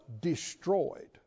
destroyed